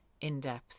in-depth